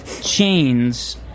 chains